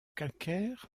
calcaire